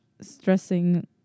stressing